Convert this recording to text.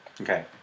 Okay